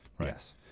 Yes